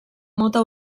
mota